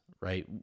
Right